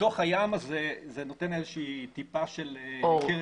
בתוך הים הזה, זה נותן טיפה של אור.